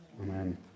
Amen